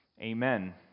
Amen